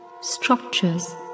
Structures